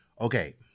Okay